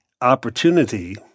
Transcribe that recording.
opportunity